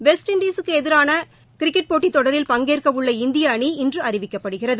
west இண்டிஸ்ட எதிரான cricket போட்டி தொடரில் பங்கேற்க உள்ள இந்திய அணி இன்று அறிவிக்கப்படுகிறது